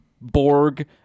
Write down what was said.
Borg